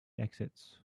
exits